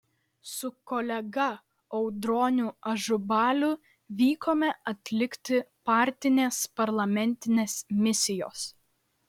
su kolega audroniu ažubaliu vykome atlikti partinės parlamentinės misijos